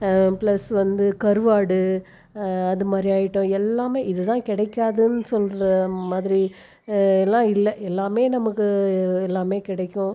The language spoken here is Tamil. பிளஸ் வந்து கருவாடு அது மாதிரி ஐட்டம் எல்லாமே இது தான் கிடைக்காதுன்னு சொல்கிற மாதிரி எல்லாம் இல்லை எல்லாமே நமக்கு எல்லாமே கிடைக்கும்